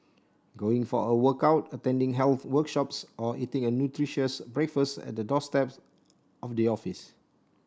going for a workout attending health workshops or eating a nutritious breakfast at the doorsteps on the office